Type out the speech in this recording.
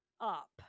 up